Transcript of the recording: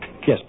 Yes